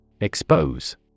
Expose